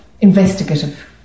investigative